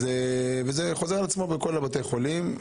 זה חוזר על עצמו בכל בתי החולים.